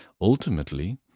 ultimately